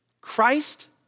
Christ